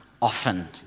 often